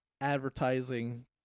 advertising